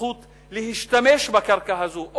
זכות להשתמש בקרקע הזאת,